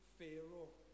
Pharaoh